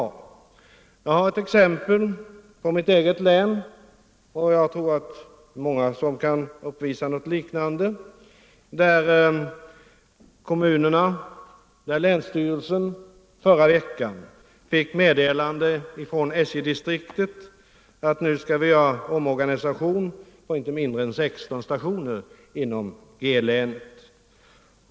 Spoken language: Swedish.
Jag skall anföra ett exempel från mitt eget län, och jag tror att många kan visa upp något liknande. Förra veckan fick länsstyrelsen och kommunerna meddelande från SJ-distriktet om att nu skall det bli omorganisation på inte mindre än 16 stationer inom länet.